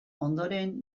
ondoren